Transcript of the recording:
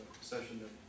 session